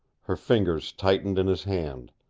her fingers tightened in his hand.